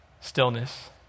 stillness